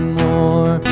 more